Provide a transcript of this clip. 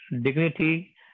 dignity